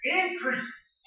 increases